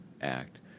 act